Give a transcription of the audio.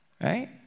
Right